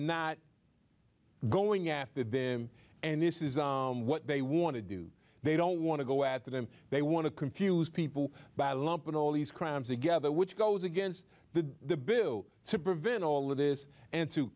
not going after them and this is what they want to do they don't want to go after them they want to confuse people by lumping all these crimes they gather which goes against the bill to prevent all of this and to